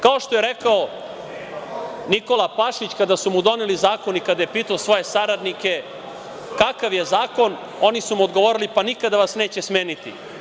Kao što je rekao Nikola Pašić, kada su mu doneli zakon i kada je pitao svoje saradnike kakav je zakon, oni su mu odgovorili – pa, nikada vas neće smeniti.